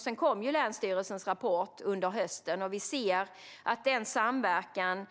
Sedan kom länsstyrelsens rapport under hösten. Vi kan se att samverkan